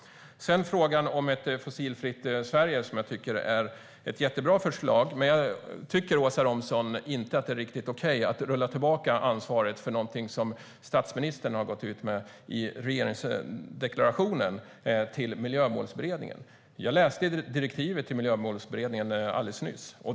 Ett fossilfritt Sverige är ett jättebra förslag. Men det är inte riktigt okej, Åsa Romson, att rulla tillbaka ansvaret för något som statsministern har gått ut med i regeringsdeklarationen till Miljömålsberedningen. Jag läste direktivet till Miljömålsberedningen alldeles nyss.